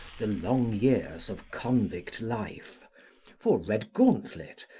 the long years of convict life for redgauntlet,